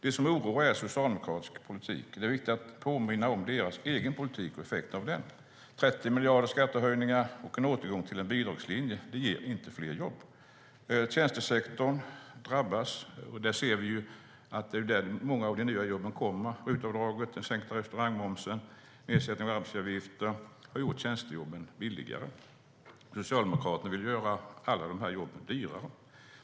Det som oroar är socialdemokratisk politik. Det är viktigt att påminna om deras egen politik och effekterna av den. 30 miljarder i skattehöjningar och återgång till en bidragslinje ger inte fler jobb. Tjänstesektorn drabbas, och det är där vi ser att många av de nya jobben kommer. RUT-avdraget, den sänkta restaurangmomsen och nedsättningen av arbetsgivaravgifter har gjort tjänstejobben billigare. Socialdemokraterna vill göra alla de här jobben dyrare.